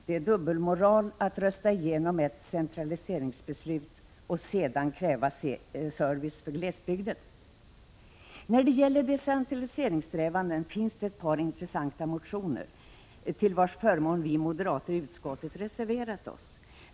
Det är dubbelmoral att rösta igenom ett centraliseringsbeslut och sedan kräva service för glesbygden. När det gäller decentraliseringssträvanden finns det ett par intressanta motioner till vars förmån vi moderater i utskottet reserverat oss.